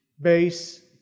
base